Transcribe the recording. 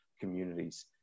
communities